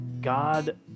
God